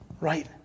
right